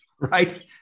Right